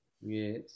Yes